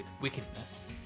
wickedness